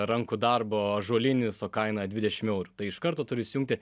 rankų darbo ąžuolinis o kaina dvidešim eurų tai iš karto turi įsijungti